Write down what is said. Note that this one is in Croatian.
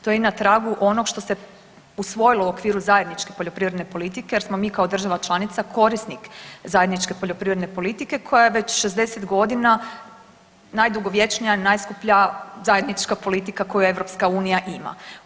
To je i na tragu onog što se usvojilo u okviru zajedničke poljoprivredne politike jer smo mi kao država članica korisnik zajedničke poljoprivredne politike koja je već 60 godina najdugovječnija i najskuplja zajednička politika koju EU ima.